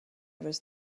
was